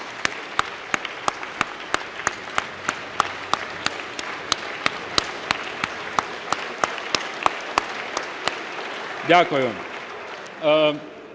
Дякую.